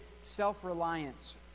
self-reliance